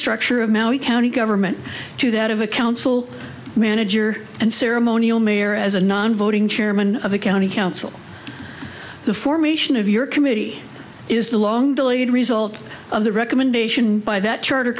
structure of maui county government to that of a council manager and ceremonial mayor as a non voting chairman of the county council the formation of your committee is the long delayed result of the recommendation by that charter